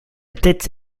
tête